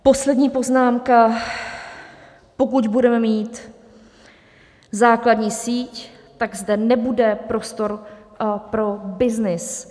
Poslední poznámka: pokud budeme mít základní síť, tak zde nebude prostor pro byznys.